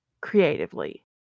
creatively